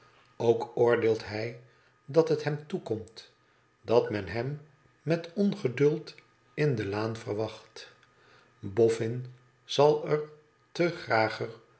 ook oordeelt hij dat het hem toekomt dat men hem met ongeduld in de laan verwacht boffin zal er te grager